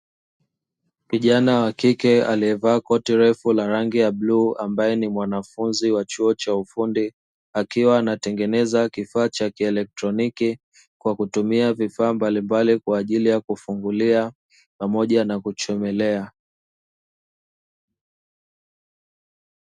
Kijana wa kike aliyevaa koti refu la rangi ya bluu ambaye ni mwanafunzi wa chuo cha ufundi, akiwa anatengeneza kifaa cha kielektroniki kwa kutumia vifaa mbalimbali kwa ajili ya kufungulia pamoja na kuchomelea.